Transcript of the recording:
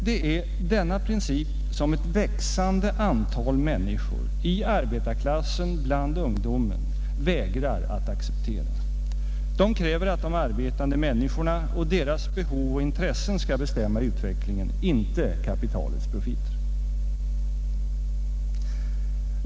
Det är denna princip som ett växande antal människor — i arbetarklassen, bland ungdomen — vägrar att acceptera. De kräver att de arbetande människorna och deras behov och intressen skall bestämma utvecklingen, inte kapitalets profitkrav.